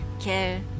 care